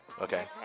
Okay